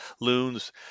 loons